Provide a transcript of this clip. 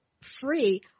free